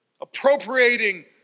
appropriating